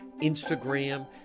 instagram